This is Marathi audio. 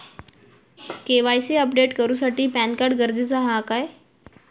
के.वाय.सी अपडेट करूसाठी पॅनकार्ड गरजेचा हा काय?